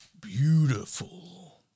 Beautiful